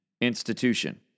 institution